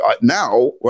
now